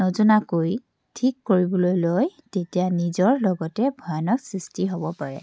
নজনাকৈ ঠিক কৰিবলৈ লয় তেতিয়া নিজৰ লগতে ভয়ানক সৃষ্টি হ'ব পাৰে